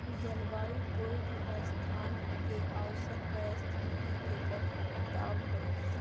जलवायु कोय भी स्थान के औसत परिस्थिति के बताव हई